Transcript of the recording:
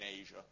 Asia